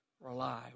Rely